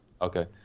Okay